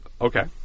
Okay